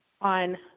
on